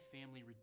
family